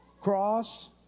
cross